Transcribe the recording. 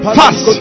fast